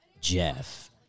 Jeff